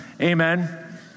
Amen